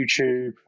YouTube